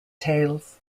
tails